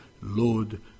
Lord